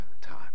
time